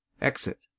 Exit